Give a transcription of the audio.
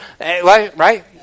right